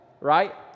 right